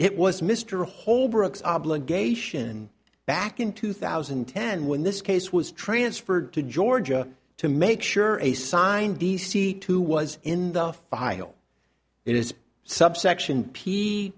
it was mr holbrook's obligation back in two thousand and ten when this case was transferred to georgia to make sure a signed d c two was in the file it is subsection p